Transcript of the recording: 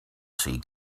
sea